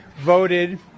Voted